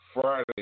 Friday